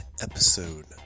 Episode